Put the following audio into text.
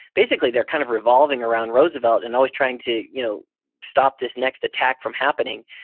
basically, they're kind of revolving around roosevelt, and always trying to you know stop this next attack from happening.